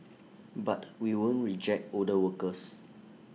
but we won't reject older workers